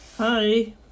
Hi